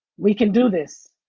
we can do this.